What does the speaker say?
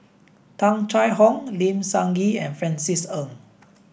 Tung Chye Hong Lim Sun Gee and Francis Ng